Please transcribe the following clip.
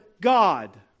God